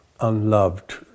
unloved